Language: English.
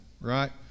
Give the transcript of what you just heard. right